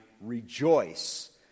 rejoice